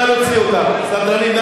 נא להוציא אותם, סדרנים.